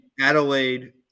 Adelaide